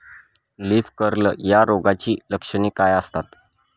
Leaf curl या रोगाची लक्षणे काय असतात?